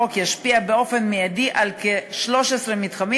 החוק ישפיע באופן מיידי על כ-13 מתחמים.